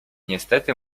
niestety